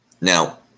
now